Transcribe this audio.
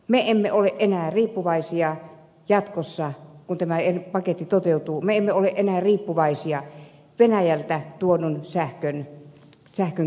me emme ole enää riippuvaisia jatkossa kun tämä paketti toteutuu venäjältä tuodun sähkön käytöstä